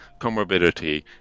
Comorbidity